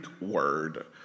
word